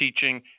teaching